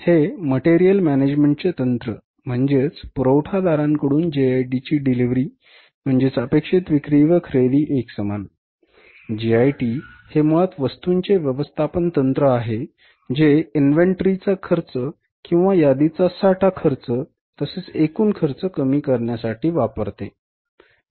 हे मटेरियल मॅनेजमेन्टचे तंत्र म्हणजे पुरवठादारांकडून जेआयटीची डिलिव्हरी म्हणजेच अपेक्षित विक्री व खरेदी एकसमान जेआयटी हे मुळात वस्तूंचे व्यवस्थापन तंत्र आहे जे इन्व्हेंटरीचा खर्च किंवा यादीचा साठा खर्च तसेच एकूण खर्च कमी करण्यासाठी वापरते